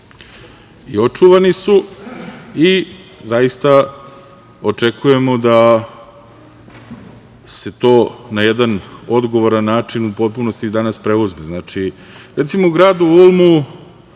očuvani su i zaista očekujemo da se to na jedan odgovoran način u potpunosti danas preuzme. Recimo, u gradu Ulmu